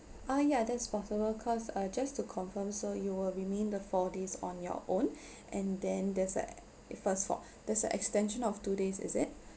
ah yeah that's possible cause uh just to confirm so you will remain the four days on your own and then there's a~ first four there's extension of two days is it